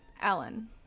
Ellen